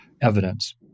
evidence